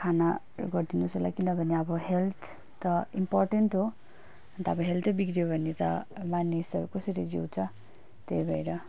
खानाहरू गरिदिनुस् होला किनभने अब हेल्थ त इम्पोर्टेन्ट हो अन्त अब हेल्थै बिग्रियो भने त मानिसहरू कसरी जिउँछ त्यही भएर